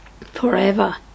forever